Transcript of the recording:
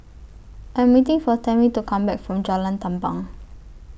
I Am waiting For Tamie to Come Back from Jalan Tampang